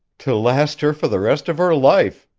to last her for the rest of her life,